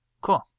cool